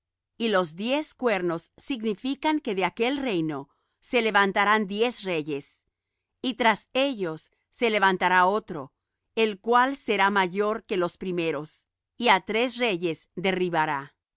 y los diez cuernos significan que de aquel reino se levantarán diez reyes y tras ellos se levantará otro el cual será mayor que los primeros y á tres reyes derribará